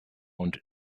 und